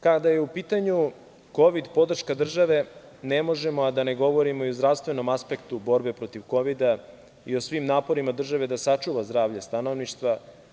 Kada je u pitanju Kovid podrška države, ne možemo a da ne govorimo o zdravstvenom aspektu borbe protiv Kovida i o svim naporima države da sačuva zdravlje stanovništva.